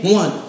one